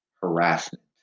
harassment